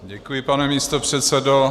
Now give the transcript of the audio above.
Děkuji pane místopředsedo.